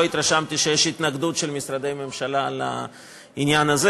לא התרשמתי שיש התנגדות של משרדי הממשלה לעניין הזה.